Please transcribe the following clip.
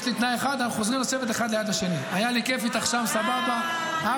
כנראה שאיתמר מעדיף לראות אותי